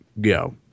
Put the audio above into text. Go